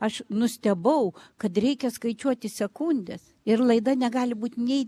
aš nustebau kad reikia skaičiuoti sekundes ir laida negali būt nei